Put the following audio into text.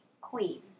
Queen